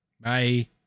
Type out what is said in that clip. Bye